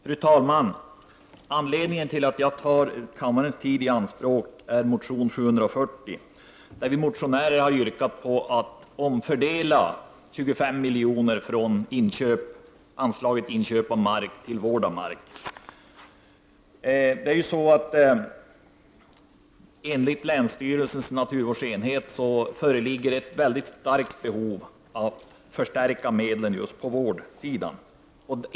Fru talman! Anledningen till att jag tar kammarens tid i anspråk är motion 1989/90:J0740 där vi motionärer har yrkat en omfördelning av 25 milj.kr. 45 från anslaget B 3 för inköp av mark till anslaget B 1 Vård av naturreservat. Enligt länsstyrelsens naturvårdsenhet föreligger det ett starkt behov av att förstärka medlen just på vårdsidan.